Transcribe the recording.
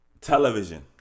television